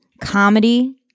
comedy